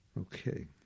Okay